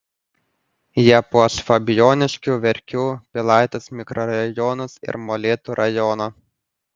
jie puoš fabijoniškių verkių pilaitės mikrorajonus ir molėtų rajoną